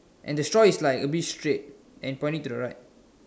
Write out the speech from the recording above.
and the straw is like a bit straight and pointing to the right